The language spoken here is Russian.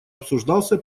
обсуждался